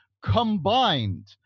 combined